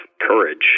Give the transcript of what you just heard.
courage